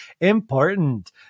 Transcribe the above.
Important